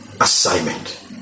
assignment